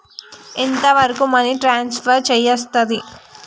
ఎంత వరకు money transfer చేయస్తది?